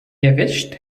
erwischt